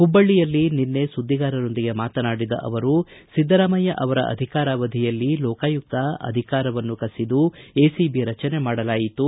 ಹುಬ್ಬಳಿಯಲ್ಲಿ ನಿನ್ನೆ ಸುದ್ವಿಗಾರರೊಂದಿಗೆ ಮಾತನಾಡಿದ ಅವರು ಸಿದ್ದರಾಮಯ್ಯ ಅವರ ಅಧಿಕಾರವಧಿಯಲ್ಲಿ ಲೋಕಾಯುಕ್ತ ಅಧಿಕಾರವನ್ನು ಕಸಿದು ಎಸಿಬಿ ರಚನೆ ಮಾಡಲಾಯಿತು